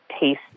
taste